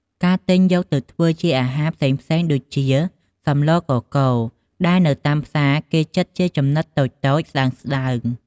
ការទិញយកទៅធ្វើជាអាហារផ្សេងៗ ដូចជា សម្លកកូរ ដែលនៅតាមផ្សារ គេចិតជាចំណិតតូចៗ ស្តើងៗ។